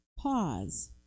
pause